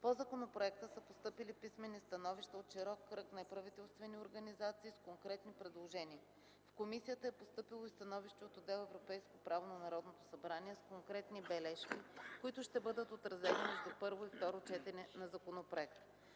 По законопроекта са постъпили писмени становища от широк кръг неправителствени организации с конкретни предложения. В комисията е постъпило и становище от отдел „Европейско право” на Народното събрание, с конкретни бележки, които ще бъдат отразени между първо и второ четене на законопроекта.